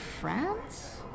France